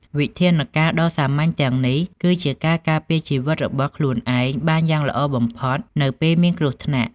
វិធានការណ៍ដ៏សាមញ្ញទាំងនេះគឺជាការការពារជីវិតរបស់ខ្លួនឯងបានយ៉ាងល្អបំផុតនៅពេលមានគ្រោះថ្នាក់។